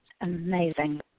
amazing